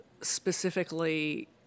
specifically